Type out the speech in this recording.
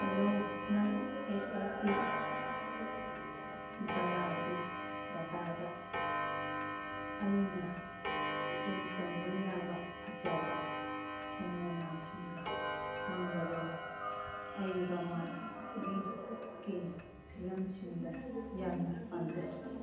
hello ꯅꯪ A L T Balaji ꯗꯇꯥꯇ ꯑꯩꯅ ꯏꯁꯇ꯭ꯔꯤꯝ ꯇꯧꯕ ꯌꯥꯕ ꯐꯖꯕ ꯁꯤꯅꯦꯃꯥꯁꯤꯡꯒ ꯈꯪꯕ꯭ꯔꯣ ꯑꯩ ꯔꯣꯃꯥꯟꯁꯀꯤ ꯐꯤꯂꯝꯁꯤꯡꯗ ꯌꯥꯝꯅ ꯄꯥꯝꯖꯩ